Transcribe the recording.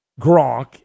Gronk